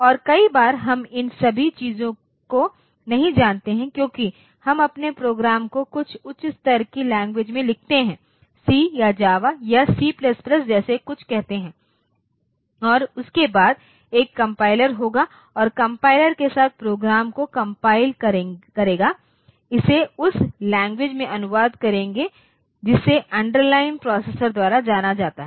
और कई बार हम इन सभी चीजों को नहीं जानते हैं क्योंकि हम अपने प्रोग्राम को कुछ उच्च स्तर की लैंग्वेज में लिखते हैं सी या जावा या सी C जैसे कुछ कहते हैं और उसके बाद एक कंपाइलर होगा और कंपाइलर के साथ प्रोग्राम को कम्पएल करेगा इसे उस लैंग्वेज में अनुवाद करेंगे जिसे अंडरलाइन प्रोसेसर द्वारा जाना जाता है